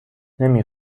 نمی